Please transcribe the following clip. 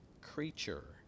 creature